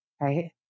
right